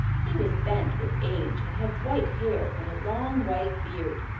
he was bent with age and had white hair and a long white beard.